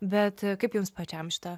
bet kaip jums pačiam šita